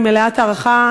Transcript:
אני מלאת הערכה.